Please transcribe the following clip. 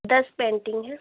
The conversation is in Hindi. दस पेंटिंग हैं